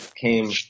came